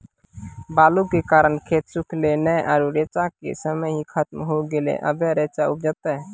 बालू के कारण खेत सुखले नेय आरु रेचा के समय ही खत्म होय गेलै, अबे रेचा उपजते?